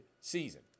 season